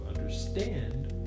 understand